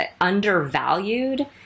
undervalued